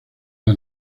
las